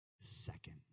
second